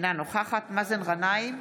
אינה נוכחת מאזן גנאים,